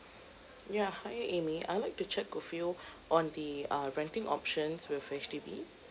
yeah hi amy I'd like to check with you on the uh renting options with H_D_B